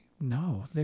No